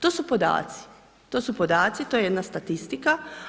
To su podaci, to su podaci, to je jedna statistika.